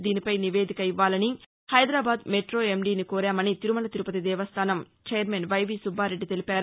దీనిపై నివేదిక ఇవ్వాలని హైదరాబాద్ మెట్టో ఎండీని కోరామని తిరుమల తిరుపతి దేవస్థానం ఛైర్మన్ వైవీ సుబ్బారెడ్డి తెలిపారు